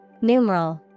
Numeral